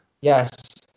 Yes